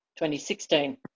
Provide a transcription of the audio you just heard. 2016